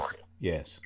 yes